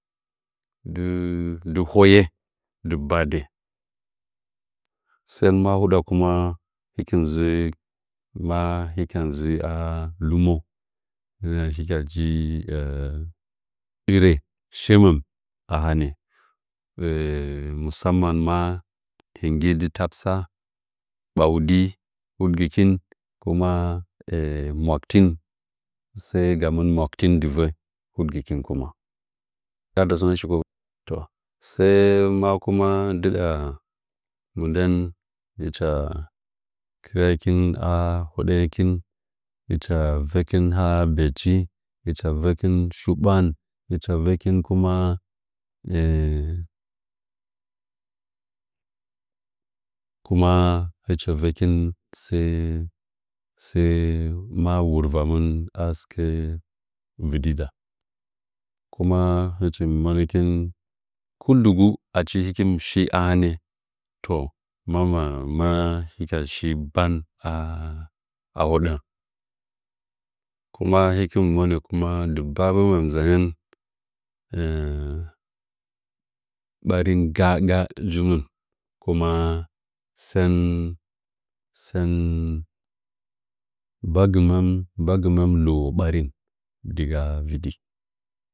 Dɨ hoye dɨ badi sɚn ma huda kuma hɨchi dzɨ ma hɨchi m dzɨ a lɨmo nde hɨcha shi diran shi mɚn mu samma ma hinge dɨ tesɓa ɓwadin huɗgɨ kɨn kuma makutin sɚɚ gamɚn makatih dɨvɚ had gɨkin kuma tadi sɚnɚchi bo’o to sɚn ma kuma ndɨɗan mɨndɚn hɨcha keekih a hodɚ ngɚkin hɨcha vɚkih ha bɚ chic yɚkin shibwan vɚkih kuma hɨcha vɚkin sɚɚ ma vamɨn a sɨkɚ vɨɗi da kuma hɨchim monɚkin kɨd dugu achi hɨchin mi shi a hanɚ to mama a hɨcha shi ban a bwahoɗɚ kuma hɨchim kuma dɨg gba gɨmɚm nzanyi barin ngga ngga njimɚn kuma sɚn sɚn mbagɨmɚm mbagɨguɚm luwo ɓarin dɨgga vɨdi